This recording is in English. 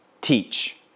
teach